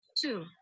two